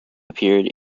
appeared